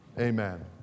Amen